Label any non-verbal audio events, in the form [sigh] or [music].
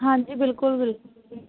ਹਾਂਜੀ ਬਿਲਕੁਲ [unintelligible]